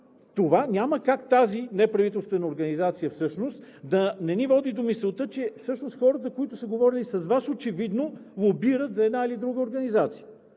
това няма как – тази неправителствена организация всъщност, да не ни води до мисълта, че хората, които са говорили с Вас, очевидно лобират за една или друга организация.